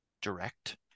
direct